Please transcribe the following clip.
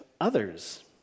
others